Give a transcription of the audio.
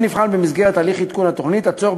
וכן נבחן במסגרת הליך עדכון התוכנית הצורך